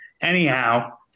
Anyhow